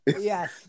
Yes